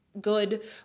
good